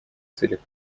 целях